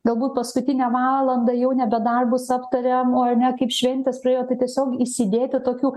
galbūt paskutinę valandą jau nebe darbus aptariam o ar ne kaip šventės praėjo tai tiesiog įsidėti tokių